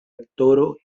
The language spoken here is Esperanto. aktoro